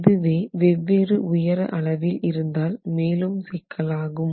இதுவே வெவ்வேறு உயர அளவில் இருந்தால் மேலும் சிக்கலாகும்